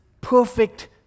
perfect